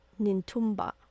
Nintumba